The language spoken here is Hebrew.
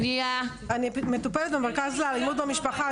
שאני מטופלת במרכז לאלימות במשפחה,